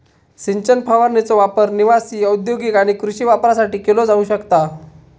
सिंचन फवारणीचो वापर निवासी, औद्योगिक आणि कृषी वापरासाठी केलो जाऊ शकता